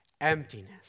emptiness